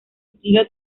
estilo